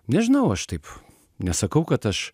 nežinau aš taip nesakau kad aš